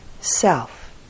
self